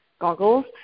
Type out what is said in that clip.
goggles